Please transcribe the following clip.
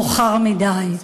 מאוחר מדי.